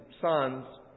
sons